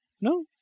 No